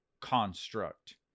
construct